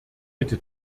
bitte